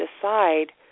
decide